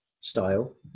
style